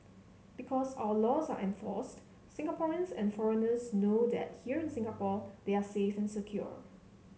because our laws are enforced Singaporeans and foreigners know that here in Singapore they are safe and secure